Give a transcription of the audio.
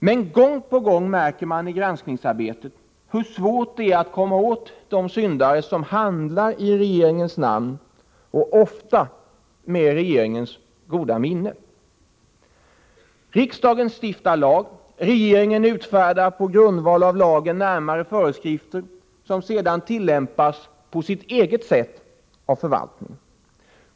Men gång på gång märker man i granskningsarbetet hur svårt det är att komma åt de syndare som handlar i regeringens namn och ofta med regeringens goda minne. Riksdagen stiftar lag. Regeringen utfärdar på grundval av lagen närmare föreskrifter, som sedan tillämpas på sitt eget sätt av förvaltningen.